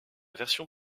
version